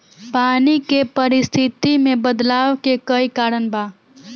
पानी के परिस्थिति में बदलाव के कई कारण बा